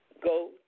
go